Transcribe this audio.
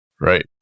right